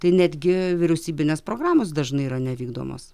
tai netgi vyriausybinės programos dažnai yra nevykdomos